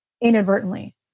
inadvertently